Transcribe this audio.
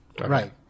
Right